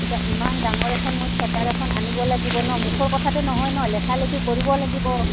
এতিয়া ইমান ডাঙৰ এখন মই থিয়েটাৰ এখন আনিব লাগিব ন মুখৰ কথাটো নহয় ন লেখালেখি কৰিব লাগিব